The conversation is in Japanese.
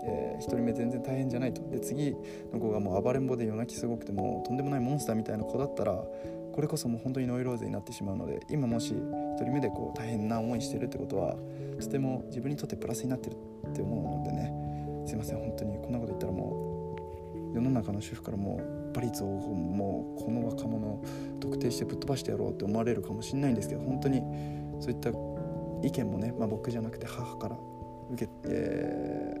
えー、一人目全然大変じゃないと。で、次の子がもう暴れん坊で夜泣きすごくて、もうとんでもないモンスターみたいな子だったら、これこそもう本当にノイローゼになってしまうので、今もし一人目でこう大変な思いしてるってことは、とても自分にとってプラスになってるって思うものでね。すいません、本当にこんなこと言ったらもう、世の中の主婦からもう、バリゾーをもうこの若者を特定してぶっ飛ばしてやろうって思われるかもしれないんですけど、本当にそういった意見もね、まあ僕じゃなくて母から受けて、